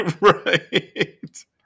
Right